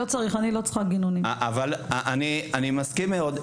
אני מסכים מאוד,